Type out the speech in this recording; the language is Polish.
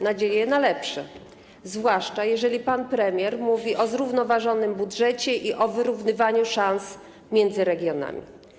Nadzieje na lepsze, zwłaszcza jeżeli pan premier mówi o zrównoważonym budżecie i o wyrównywaniu szans między regionami.